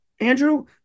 Andrew